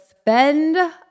spend